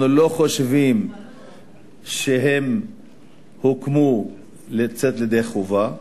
אנחנו לא חושבים שהם הוקמו כדי לצאת ידי חובה.